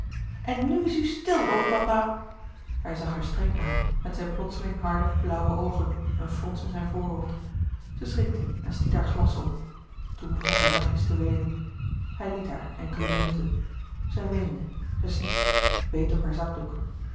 en nu is u stil over papa hij zag haar streng aan met zijn plotseling harde blauwe oogen een frons in zijn voorhoofd louis couperus de boeken der kleine zielen zij schrikte en stiet haar glas om toen begon zij zachtjes te weenen hij liet haar enkele minuten zij weende zij snikte beet op haar zakdoek